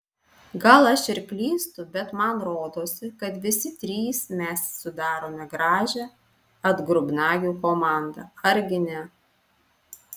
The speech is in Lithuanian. gal aš ir klystu bet man rodosi kad visi trys mes sudarome gražią atgrubnagių komandą argi ne